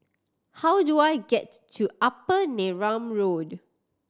how do I get to Upper Neram Road